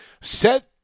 set